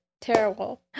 terrible